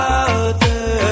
Father